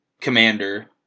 commander